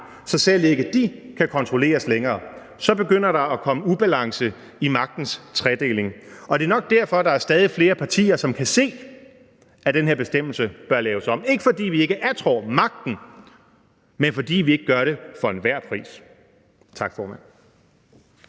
så selv ikke de kan kontrolleres længere, begynder der at komme ubalance i magtens tredeling. Det er nok derfor, at der er stadig flere partier, som kan se, at den her bestemmelse bør laves om – ikke fordi vi ikke attrår magten, men fordi vi ikke gør det for enhver pris. Tak, formand.